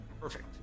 Perfect